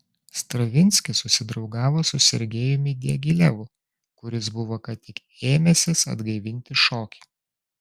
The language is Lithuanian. stravinskis susidraugavo su sergejumi diagilevu kuris buvo ką tik ėmęsis atgaivinti šokį